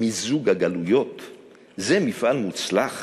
מיזוג גלויות זה, מפעל מוצלח